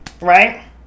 right